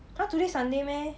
!huh! today sunday meh